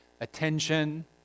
attention